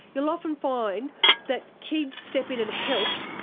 you'll often find that kids step in and help,